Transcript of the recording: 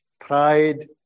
pride